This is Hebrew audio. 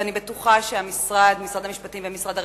ואני בטוחה שמשרד המשפטים ומשרד הרווחה,